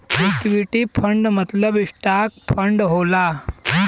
equity fund मतलब stock fund होला